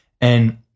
And-